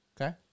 Okay